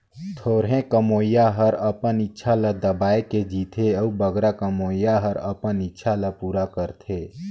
थोरहें कमोइया हर अपन इक्छा ल दबाए के जीथे अउ बगरा कमोइया हर अपन इक्छा ल पूरा करथे